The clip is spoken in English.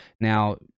Now